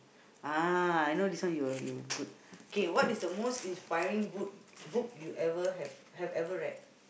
ah I know this one you good okay what is the most inspiring book book you ever have you have ever read